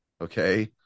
okay